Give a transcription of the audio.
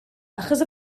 achos